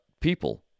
people